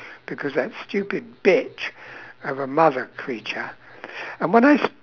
because that stupid bitch of a mother creature and when I